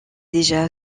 déjà